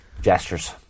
gestures